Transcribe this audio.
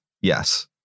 Yes